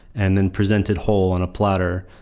and then presented whole on a platter,